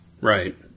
Right